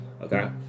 Okay